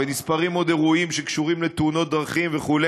ונספרים עוד אירועים שקשורים לתאונות דרכים וכו',